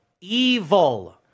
evil